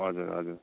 हजुर हजुर